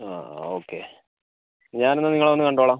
ആ ഓക്കെ ഞാൻ ഒന്ന് നിങ്ങളെ വന്നു കണ്ടോളാം